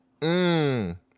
mmm